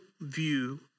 view